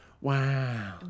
Wow